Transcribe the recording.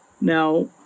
Now